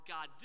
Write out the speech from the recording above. God